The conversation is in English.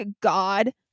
God